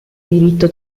diritto